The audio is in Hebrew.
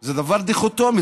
זה דבר דיכוטומי.